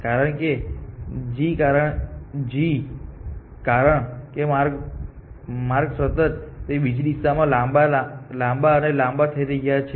કારણ કે g કારણ કે માર્ગો સતત તે બીજી દિશામાં લાંબા અને લાંબા થઈ રહ્યા છે